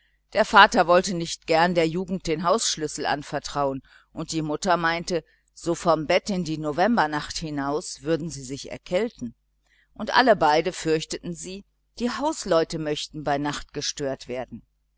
der vater wollte nicht gern der jugend den hausschlüssel anvertrauen und die mutter meinte so vom bett in die novembernacht hinaus würden sie sich erkälten und alle beide fürchteten sie die hausleute möchten bei nacht gestört werden